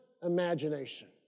imagination